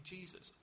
Jesus